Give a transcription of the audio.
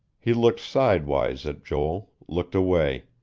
he looked sidewise at joel, looked away.